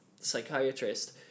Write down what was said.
psychiatrist